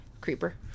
Creeper